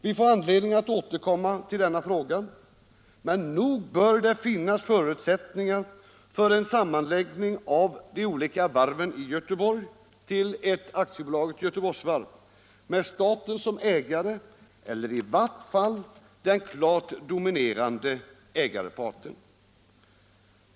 Vi får anledning att återkomma till denna fråga, men nog bör det finnas förutsättningar för en sammanläggning av varven i Göteborg till ett AB Göteborgsvarv med staten som ägare eller i varje fall den klart dominerande ägarparten.